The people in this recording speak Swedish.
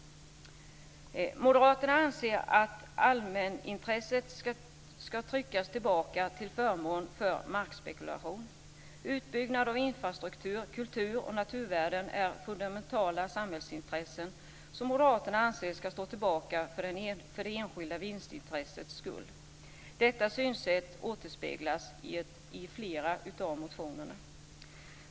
Moderaterna anser att allmänintresset ska stå tillbaka till förmån för markspekulation. Utbyggnad av infrastruktur, kultur och naturvärden är fundamentala samhällsintressen som moderaterna anser ska stå tillbaka för det enskilda vinstintressets skull. Detta synsätt återspeglas i flera av motionerna.